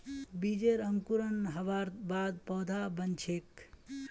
बीजेर अंकुरण हबार बाद पौधा बन छेक